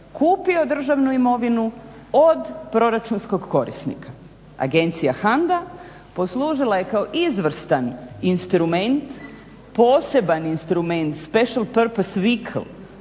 kupio državnu imovinu od proračunskog korisnika. Agencija HANDA poslužila je kao izvrstan instrument, poseban instrument, special purpose